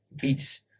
beats